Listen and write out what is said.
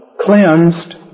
cleansed